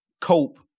cope